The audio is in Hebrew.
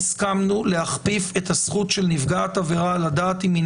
הסכמנו להכפיף את הזכות של נפגעת עבירה לדעת אם היא